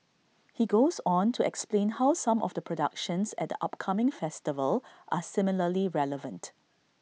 he goes on to explain how some of the productions at upcoming festival are similarly relevant